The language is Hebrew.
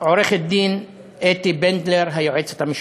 עורכת-הדין אתי בנדלר, היועצת המשפטית.